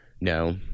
no